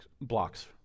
blocks